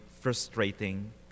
frustrating